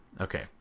Okay